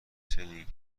چنین